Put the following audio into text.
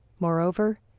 moreover,